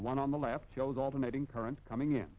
the one on the left shows alternating current coming in